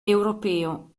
europeo